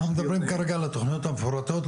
אנחנו מדברים כרגע על התוכניות המפורטות,